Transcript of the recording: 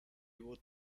would